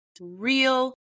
real